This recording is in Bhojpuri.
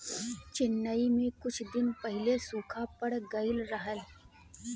चेन्नई में कुछ दिन पहिले सूखा पड़ गइल रहल